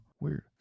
weird